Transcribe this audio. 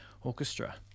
Orchestra